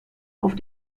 auf